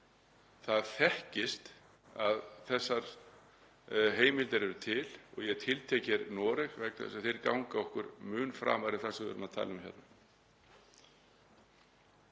Það þekkist því að þessar heimildir eru til og ég tiltek Noreg vegna þess að þar ganga menn mun framar í því sem við erum að tala um hér.